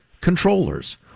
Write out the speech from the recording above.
controllers